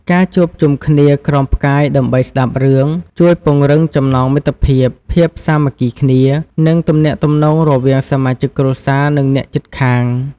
ការជួបជុំគ្នាក្រោមផ្កាយដើម្បីស្ដាប់រឿង ជួយពង្រឹងចំណងមិត្តភាព ភាពសាមគ្គីគ្នា និងទំនាក់ទំនងរវាងសមាជិកគ្រួសារ និងអ្នកជិតខាង ។